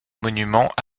monuments